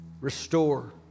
restore